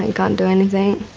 and can't do anything,